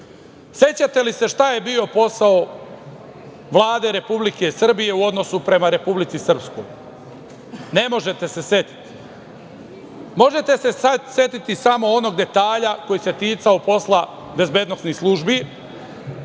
Sećate li se šta je bio posao Vlade Republike Srbije u odnosu prema Republici Srpskoj? Ne možete se setiti. Možete se setiti samo onog detalja koji se ticao posla bezbednosnih službi,